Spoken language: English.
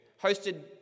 hosted